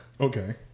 Okay